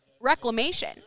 reclamation